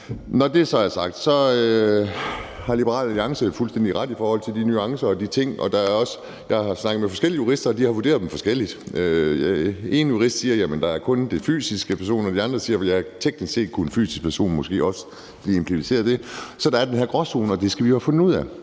Når det så er sagt, har Liberal Alliance jo fuldstændig ret i forhold til de nuancer og de ting, og jeg har snakket med forskellige jurister, som har vurderet dem forskelligt. En af juristerne siger, at der kun er de fysiske personer, og de andre siger, at en fysisk person teknisk set måske også kunne blive impliceret i det. Så der er den her gråzone, og det skal vi jo have fundet ud af.